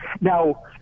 now